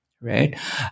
right